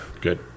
Good